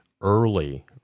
early